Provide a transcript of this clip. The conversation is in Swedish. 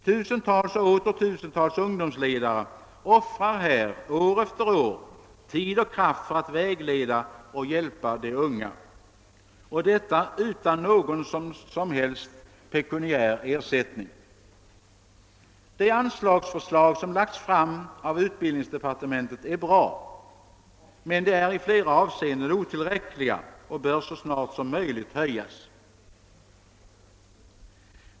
Tusentals och åter tusentals ungdomsledare offrar här år efter år tid och kraft för att vägleda och hjälpa de unga; och detta utan någon som helst pekuniär ersättning. De anslagsförslag som lagts fram av utbildningsdepartementet är bra, men de är i flera avseenden otillräckliga och bör så snart som möjligt höjas.